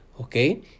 Okay